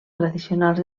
tradicionals